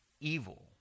evil